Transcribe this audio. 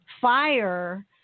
Fire